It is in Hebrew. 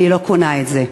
אני לא קונה את זה.